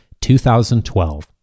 2012